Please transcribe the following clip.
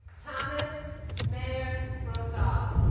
thomas mayor rosal